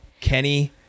Kenny